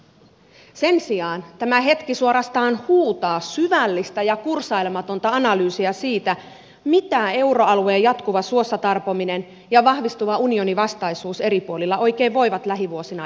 sen sijaan tämä hetki suorastaan huutaa syvällistä ja kursailematonta analyysiä siitä mitä euroalueen jatkuva suossa tarpominen ja vahvistuva unioninvastaisuus eri puolilla oikein voivat eteemme lähivuosina tuoda